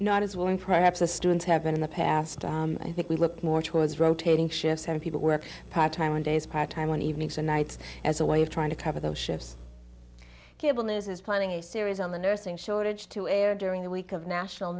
not as willing perhaps as students have been in the past i think we look more towards rotating shifts or people work part time on days prior time on evenings or nights as a way of trying to cover those shifts cable news is planning a series on the nursing shortage to air during the week of national